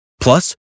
Plus